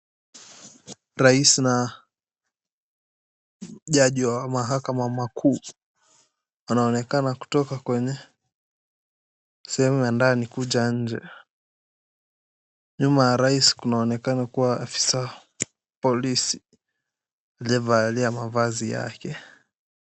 Rais na jaji wa mahakama wa makuu anaonekana kutoka kwenye sehemu ya ndani kuja nje, nyuma ya rais kunaonekana kuwa afisaa polisi aliyevalia mavazi yake.